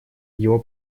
его